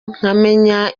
nkamenya